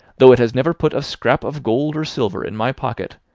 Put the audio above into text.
though it has never put a scrap of gold or silver in my pocket,